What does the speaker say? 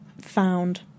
found